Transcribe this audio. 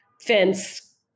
fence